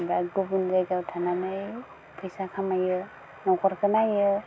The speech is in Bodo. बा गुबुन जायगायाव थानानै फैसा खामायो नख'रखौ नायो